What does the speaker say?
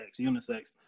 unisex